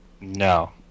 No